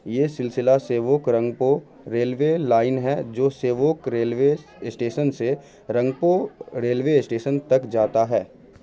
یہ سلسلہ Sevoke Rangpo railway line ہے جو سیووک ریلوے اسٹیسن سے رنگپو ریلوے اسٹیسن تک جاتا ہے